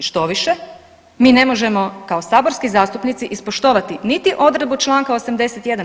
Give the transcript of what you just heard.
Štoviše, mi ne možemo kao saborski zastupnici ispoštovati niti odredbu čl. 81.